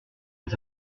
les